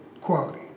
quality